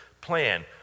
plan